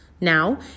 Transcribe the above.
Now